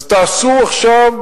אז תעשו עכשיו,